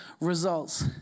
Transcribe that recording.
results